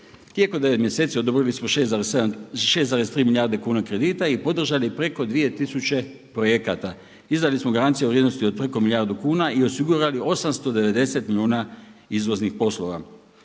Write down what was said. Tijekom 9 mjeseci odobrili smo 6,3 milijarde kuna kredita i podržali preko 2000 projekata. Izdali smo garancije u vrijednosti od preko milijardu kuna i osigurali 890 milijuna izvoznih poslova.